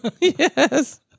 Yes